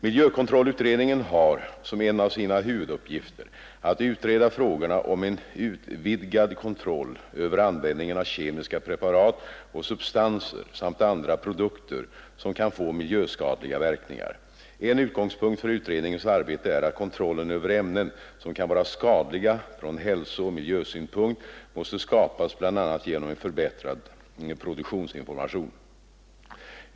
Miljökontrollutredningen har som en av sina huvuduppgifter att utreda frågorna om en utvidgad kontroll över användningen av kemiska preparat och substanser samt andra produkter som kan få miljöskadliga verkningar. En utgångspunkt för utredningens arbete är att kontrollen över ämnen som kan vara skadliga från hälsooch miljösynpunkt måste skapas bl.a. genom en förbättrad produktinformation.